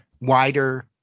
wider